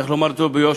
צריך לומר זאת ביושר,